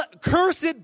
Cursed